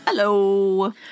hello